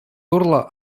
урлӑ